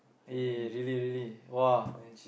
eh really really !wah!